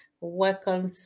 Welcome